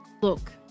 Look